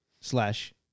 slash